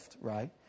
right